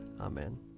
Amen